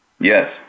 Yes